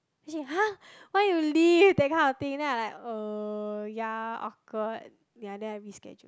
then she !huh! why you leave that kind of thing then I like uh ya awkward ya then I rescheduled